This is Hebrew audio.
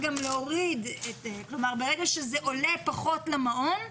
ברגע שזה עולה פחות למעון,